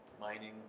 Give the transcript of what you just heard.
Mining